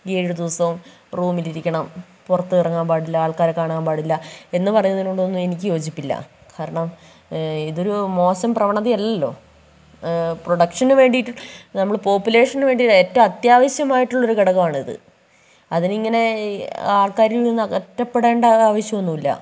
ഈ ഏഴ് ദിവസവും റൂമിൽ ഇരിക്കണം പുറത്ത് ഇറങ്ങാൻ പാടില്ല ആൾക്കാരെ കാണാൻ പാടില്ല എന്നു പറയുന്നതിനോടൊന്നും എനിക്ക് യോജിപ്പില്ല കാരണം ഇതൊരു മോശം പ്രവണത അല്ലല്ലോ പ്രൊഡക്ഷനു വേണ്ടിയിട്ട് നമ്മൾ പോപ്പുലേഷനു വേണ്ടിയിട്ട് ഏറ്റവും അത്യാവശ്യമായിട്ടുള്ളൊരു ഘടകമാണിത് അതിനിങ്ങനെ ആൾക്കാരിൽ നിന്ന് അകറ്റപ്പെടേണ്ട ആവശ്യമൊന്നും ഇല്ല